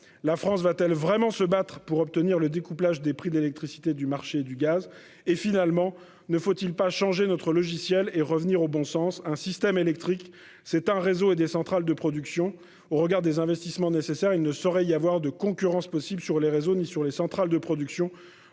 la France va-t-elle vraiment se battre pour obtenir le découplage des prix de l'électricité du marché du gaz et, finalement, ne faut-il pas changer notre logiciel et revenir au bon sens, un système électrique, c'est un réseau et des centrales de production au regard des investissements nécessaires il ne saurait y avoir de concurrence possible sur les réseaux ni sur les centrales de production.